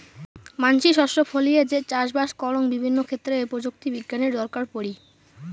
মানসি শস্য ফলিয়ে যে চাষবাস করং বিভিন্ন ক্ষেত্রে প্রযুক্তি বিজ্ঞানের দরকার পড়ি